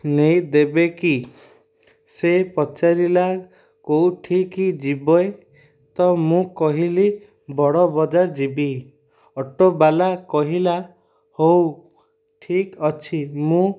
ନେଇଦେବେ କି ସେ ପଚାରିଲା କୋଉଠିକି ଯିବେ ତ ମୁଁ କହିଲି ବଡ଼ ବଜାର ଯିବି ଅଟୋବାଲା କହିଲା ହଉ ଠିକ୍ ଅଛି ମୁଁ